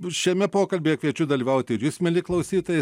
šiame pokalbyje kviečiu dalyvauti ir jūs mieli klausytojai